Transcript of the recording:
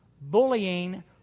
Bullying